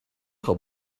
how